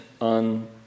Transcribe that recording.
on